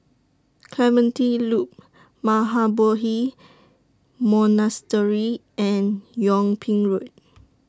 Clementi Loop Mahabodhi Monastery and Yung Ping Road